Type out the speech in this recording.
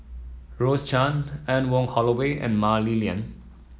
Rose Chan Anne Wong Holloway and Mah Li Lian